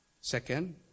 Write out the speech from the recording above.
Second